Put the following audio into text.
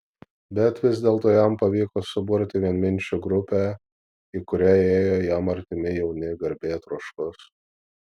bet vis dėlto jam pavyko suburti vienminčių grupę į kurią įėjo jam artimi jauni garbėtroškos